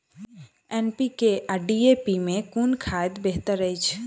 NPK आ DAP मे कुन खाद बेहतर अछि?